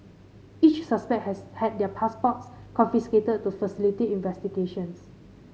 each suspect has had their passports confiscated to facilitate investigations